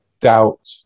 doubt